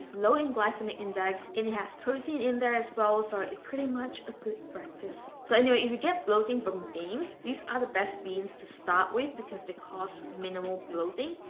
low in glycemic index. it has protein in there as well, so it's pretty much a good breakfast. so anyway, if you get bloating from beans these are the best beans to start with because they cause minimal bloating.